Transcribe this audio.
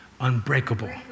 unbreakable